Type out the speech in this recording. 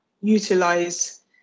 utilize